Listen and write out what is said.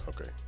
Okay